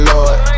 Lord